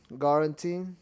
Guarantee